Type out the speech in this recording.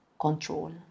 control